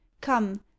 come